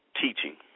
teaching